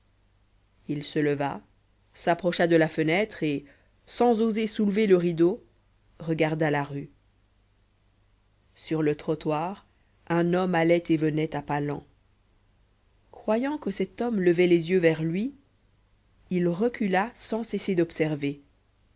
il se leva s'approcha de la fenêtre et sans oser soulever le rideau regarda la rue sur le trottoir un homme allait et venait à pas lents croyant que cet homme levait les yeux vers lui il recula sans cesser d'observer